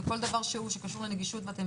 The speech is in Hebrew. וכל דבר שהוא שקשור לנגישות ואתם